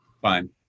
fine